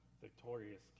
victorious